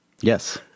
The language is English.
Yes